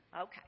Okay